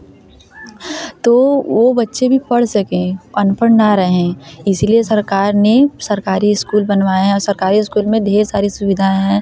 तो वे बच्चे भी पढ़ सकें अनपढ़ ना रहें इसलिए सरकार ने सरकारी स्कूल बनवाया सरकारी स्कूल में ढेर सारी सुविधाएँ